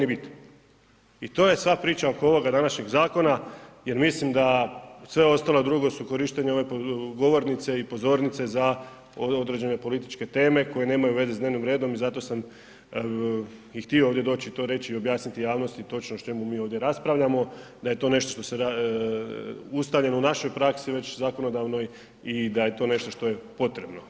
I to je sva priča oko ovoga današnje zakona jer mislim da sve ostalo drugo su korištenja ove govornice i pozornice za određene političke teme koje nemaju veze s dnevnim redom i zato sam i htio ovdje to reći i objasniti javnosti točno o čemu mi ovdje raspravljamo, da je to nešto što je ustaljeno u našoj praksi već zakonodavnoj i da će to nešto što je potrebno.